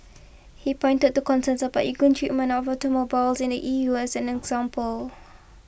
he pointed to concerns about equal treatment of automobiles in the E U as an example